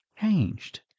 changed